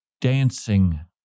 dancing